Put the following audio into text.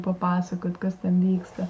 papasakot kas ten vyksta